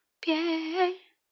piel